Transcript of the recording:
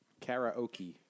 karaoke